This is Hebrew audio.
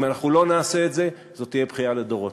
אם אנחנו לא נעשה את זה, זאת תהיה בכייה לדורות.